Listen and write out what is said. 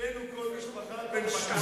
אצלנו בכל משפחה, בין שמונה לעשרה ילדים.